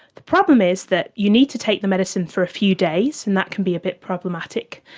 the problem is that you need to take the medicine for a few days and that can be a bit problematic,